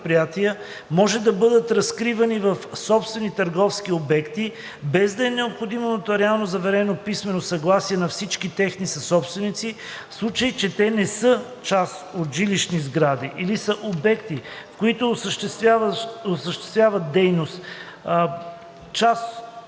предприятие може да бъдат разкривани в съсобствени търговски обекти, без да е необходимо нотариално заверено писмено съгласие на всички техни съсобственици, в случай че те не са част от жилищни сгради или са обекти, в които осъществяват дейност платежни